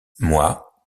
moi